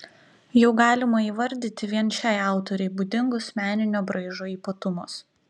jau galima įvardyti vien šiai autorei būdingus meninio braižo ypatumus